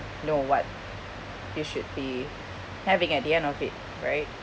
know what you should be having at the end of it right